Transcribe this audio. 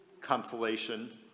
consolation